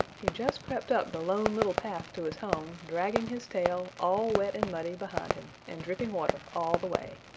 he just crept up the lone little path to his home, dragging his tail, all wet and muddy, behind him, and dripping water all the way.